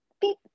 Beep